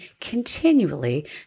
continually